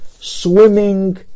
swimming